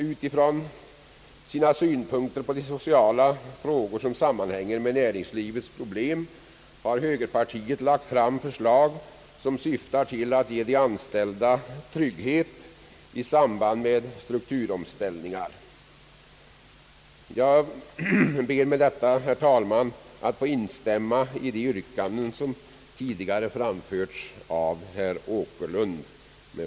Utifrån sina synpunkter på de sociala frågor som sammanhänger med näringslivets problem har högerpartiet lagt fram förslag som syftar till att ge de anställda trygghet i samband med strukturomställningar. Jag ber med detta, herr talman, att få instämma i de yrkanden som tidigare framförts av herr Åkerlund.